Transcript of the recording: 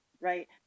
right